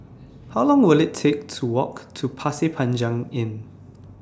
How Long Will IT Take to Walk to Pasir Panjang Inn